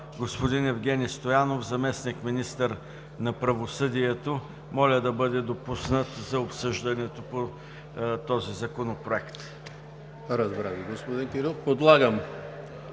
господин Евгени Стоянов – заместник-министър на правосъдието. Моля да бъде допуснат за обсъждането по този законопроект. ПРЕДСЕДАТЕЛ ЕМИЛ ХРИСТОВ: Подлагам